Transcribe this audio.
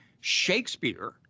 Shakespeare